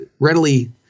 readily